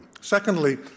Secondly